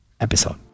episode